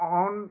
on